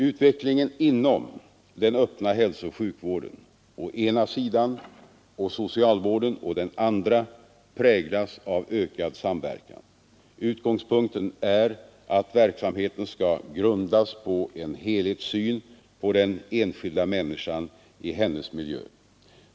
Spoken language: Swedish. Utvecklingen inom den öppna hälsooch sjukvården å ena sidan och socialvården å den andra präglas av ökad samverkan. Utgångspunkten är att verksamheten skall grundas på en helhetssyn på den enskilda människan i hennes miljö.